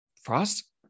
Frost